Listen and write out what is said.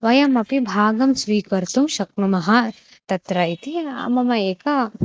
वयमपि भागं स्वीकर्तुं शक्नुमः तत्र इति मम एकः